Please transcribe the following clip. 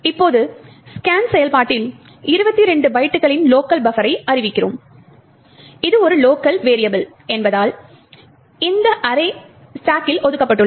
இப்போது ஸ்கேன் செயல்பாட்டில் 22 பைட்டுகளின் லோக்கல் பஃபரை அறிவிக்கிறோம் இது ஒரு லோக்கல் வெரியபிள் என்பதால் இந்த அர்ரே ஸ்டாக்கில் ஒதுக்கப்பட்டுள்ளது